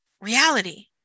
reality